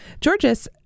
Georges